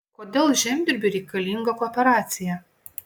kodėl žemdirbiui reikalinga kooperacija